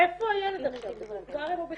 איפה הילד עכשיו, בטול כרם או בטייבה?